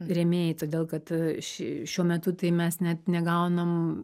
rėmėjai todėl kad ši šiuo metu tai mes net negaunam